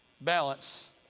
balance